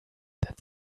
that